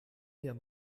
mir